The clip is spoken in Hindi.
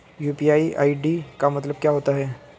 यू.पी.आई आई.डी का मतलब क्या होता है?